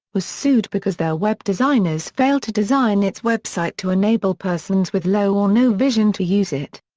was sued because their web designers failed to design its website to enable persons with low or no vision to use it.